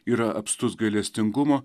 yra apstus gailestingumo